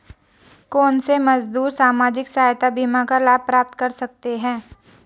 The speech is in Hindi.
कौनसे मजदूर सामाजिक सहायता बीमा का लाभ प्राप्त कर सकते हैं?